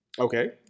Okay